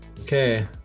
Okay